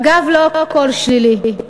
אגב, לא הכול שלילי.